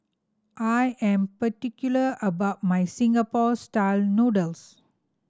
I am particular about my Singapore Style Noodles